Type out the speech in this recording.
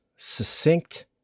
succinct